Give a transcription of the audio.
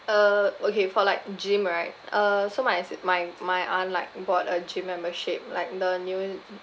uh okay for like gym right uh so my s~ it my my aunt like bought a gym membership like the new